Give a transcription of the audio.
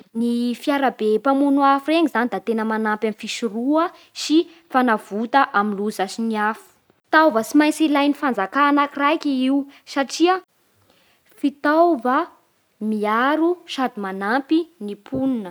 Ny fiarabe mpamono afo reny zany da tena manampy amin'ny fisoroha sy fanavota amin'ny loza sy ny afo. Fitaova tsy maintsy ialin'ny fanjaka anakiraiky io satria fitaova miaro sady manampy ny ponina.